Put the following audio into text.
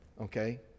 Okay